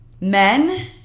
men